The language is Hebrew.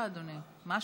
בבקשה, אדוני, מה שתחליט.